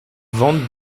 vante